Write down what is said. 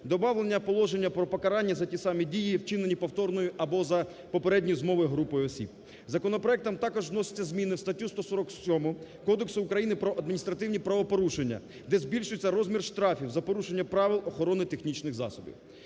добавлено положення про покарання за ті самі дії, вчинені повторно або за попередньою змовою групою осіб. Законопроектом також вносяться зміни в статтю 147 Кодексу України про адміністративні правопорушення, де збільшується розмір штрафів за порушення правил охорони технічних засобів.